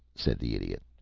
said the idiot.